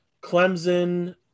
Clemson